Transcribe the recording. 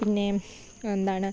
പിന്നെ എന്താണ്